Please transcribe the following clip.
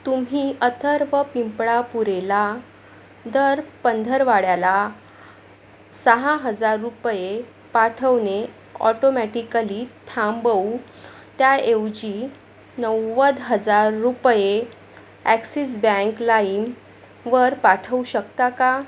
तुम्ही अथर्व पिंपळापुरेला दर पंधरवड्याला सहा हजार रुपये पाठवणे ऑटोमॅटिकली थांबवून त्याऐवजी नव्वद हजार रुपये ॲक्सिस बँक लाईमवर पाठवू शकता का